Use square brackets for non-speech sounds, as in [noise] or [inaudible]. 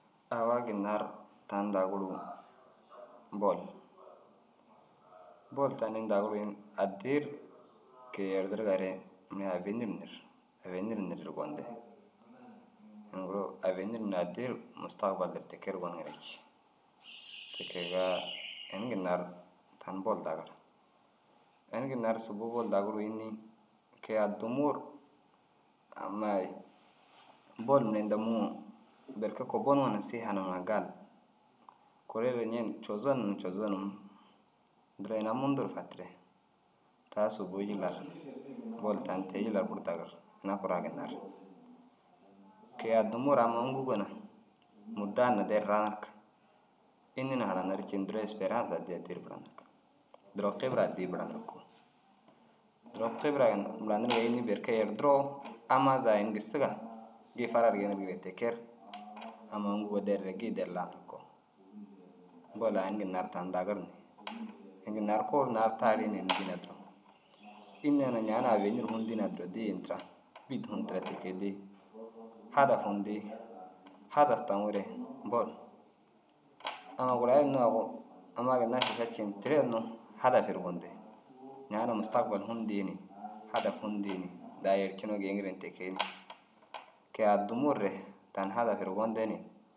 Awa ginna ru tani daguruu bol. Bol tani ini daguruu înni? Addii ru ke- i yerdirigare mire avenir nir. Averir nir ru gonirde ini guru avenir nu addii ru mustaglabal lu ru ti kee ru goniŋire cii. Ti kegaa ini ginna ru tan bol dagir. Ini ginna ru subuu bol daguruu înni? Ke- i addimuu ru ammai bol mire inda mûuŋo berke kubboniŋo na siiha numa na gali. Kuree ru ñeen cozonum na cozonum duro ina mundu ru fatire. Taa sobo u jillar bol tan te- i jilla buru dagir ina kuraa ginna ru. Ke- i addimuu amma mûkugo na mûrdaan na der ranirig. Înni na hananir ciina duro êsperiyas addii addii ru buranirig. Duro kibira addii buranirig. Duro kibira in buraniriga înni? Berke yerdiroo ammaa zaga ini gisiga gii farar geenirigire ti kee ru aũma mûugo dereere gii der lanirig koo. Bol ai ini ginna ru tani dagir ni, ini ginna ru kuu ru naar tarii ni dînaa duro. Înni yoo ñaana avenir hun dînaa duro dii ini tira but hun tira ti kee dii. Hadaf hun dii hadaf taŋuure bol. Amma gura i unnu agu ammaa ginna šiša ciin teere unnu hadaf ru gonirde. Ñaana mustagbal hun dii ni hadaf hun dii ni daa yercinoo geeyiŋire te kee. [noise] Ke- i addimuu re tan hadaf ru gonde ni.